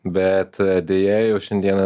bet deja jau šiandieną